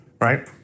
right